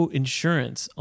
insurance